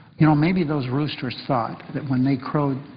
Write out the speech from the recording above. you know, maybe those roosters thought that when they crowed,